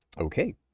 Okay